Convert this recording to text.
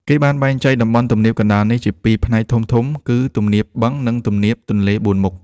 គេបានបែងចែកតំបន់ទំនាបកណ្ដាលនេះជាពីរផ្នែកធំៗ គឺ ទំនាបបឹង និង ទំនាបទន្លេបួនមុខ។